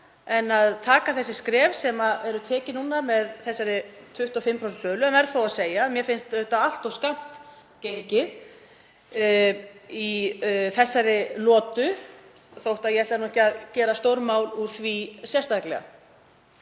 að taka þessi skref sem eru tekin núna með 25% sölu en verð þó að segja að mér finnst allt of skammt gengið í þessari lotu þótt ég ætli ekki að gera stórmál úr því sérstaklega.